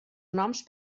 noms